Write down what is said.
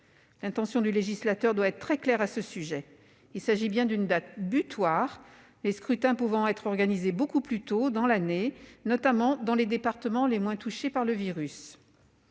L'intention du législateur doit être très claire à ce sujet : il s'agit bien d'une date butoir, les scrutins pouvant être organisés beaucoup plus tôt dans l'année, notamment dans les départements les moins touchés par le virus.